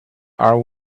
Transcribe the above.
are